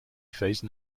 face